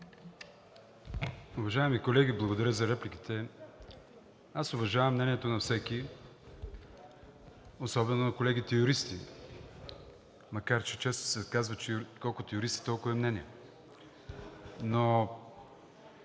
Уважаеми колеги, благодаря за репликите. Аз уважавам мнението на всеки, особено на колегите юристи, макар че често се казва: колкото юристи, толкова и мнения.